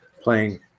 playing